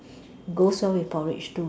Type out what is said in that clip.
goes well with porridge too